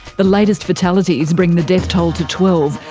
the latest fatalities bring the death toll to twelve,